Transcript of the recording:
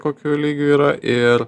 kokio lygio yra ir